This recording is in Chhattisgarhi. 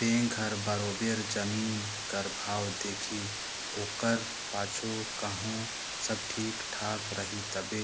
बेंक हर बरोबेर जमीन कर भाव देखही ओकर पाछू कहों सब ठीक ठाक रही तबे